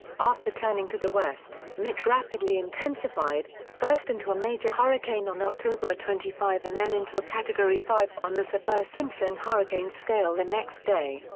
after turning to the west, mitch rapidly intensified, first into a major hurricane on october twenty five and then into a category five on the saffir-simpson hurricane scale the and next day.